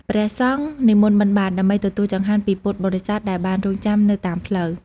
ព្រះសង្ឃនិមន្តបិណ្ឌបាត ដើម្បីទទួលចង្ហាន់ពីពុទ្ធបរិស័ទដែលបានរង់ចាំនៅតាមផ្លូវ។